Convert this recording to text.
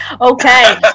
okay